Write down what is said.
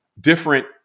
different